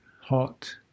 hot